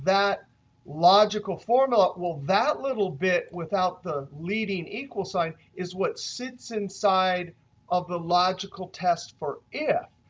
that logical formula. well, that little bit without the leading equals sign is what sits inside of the logical test for if.